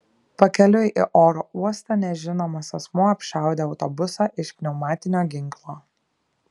pakeliui į oro uostą nežinomas asmuo apšaudė autobusą iš pneumatinio ginklo